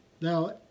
Now